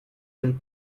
and